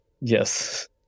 yes